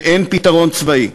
שאין פתרון צבאי,